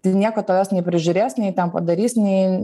tai nieko tavęs neprižiūrės nei ten padarys nei